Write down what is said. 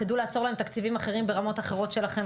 תדעו לעצור להם תקציבים אחרים ברמות אחרות שלכם,